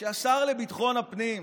שהשר לביטחון הפנים,